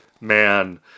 man